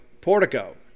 Portico